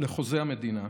לחוזה המדינה.